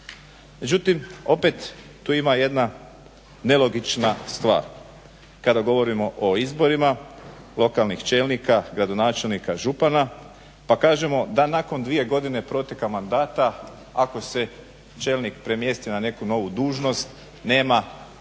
Međutim, opet tu ima jedna nelogična stvar kada govorimo o izborima lokalnih čelnika, gradonačelnika, župana pa kažemo da nakon 2 godine proteka mandata ako se čelnik premjestio na neku novu dužnost nema potrebe